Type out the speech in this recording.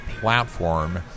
Platform